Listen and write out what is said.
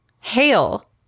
Hail